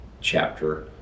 chapter